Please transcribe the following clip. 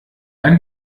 ein